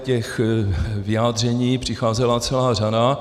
Těch vyjádření přicházela celá řada.